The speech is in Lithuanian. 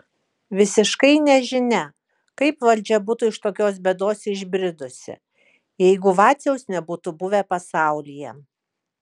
visiškai nežinia kaip valdžia būtų iš tokios bėdos išbridusi jeigu vaciaus nebūtų buvę pasaulyje